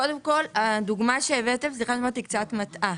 קודם כל, הדוגמה שהבאתם לפי דעתי היא קצת מטעה.